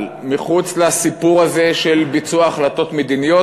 מחוץ לסיפור הזה של ביצוע החלטות מדיניות.